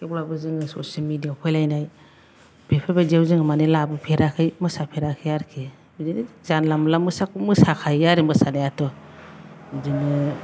थेवब्लाबो जोङो social media याव फैलायनाय बेफोरबायदियाव जोङो मानि लाबोफेराखै मोसाफेराखै आरोखि बिदिनो जानला मोनलाखौ मोसाखायो आरो मोसानायाथ' बिदिनो